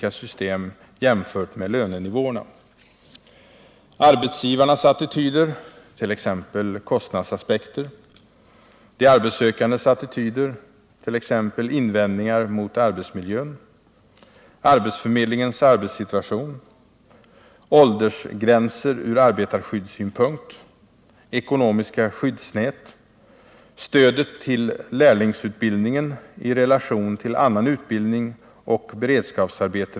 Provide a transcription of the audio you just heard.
Arbetsgivarnas attityder, t.ex. kostnadsaspekter. De arbetssökandes attityder, t.ex. invändningar mot arbetsmiljön.